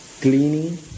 cleaning